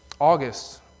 August